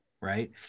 right